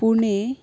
Pune